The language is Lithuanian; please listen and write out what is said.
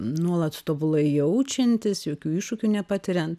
nuolat tobulai jaučiantis jokių iššūkių nepatiriant